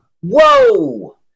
Whoa